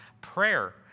prayer